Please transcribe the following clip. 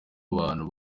abantu